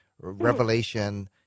Revelation